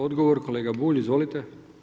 Odgovor kolega Bulj, izvolite.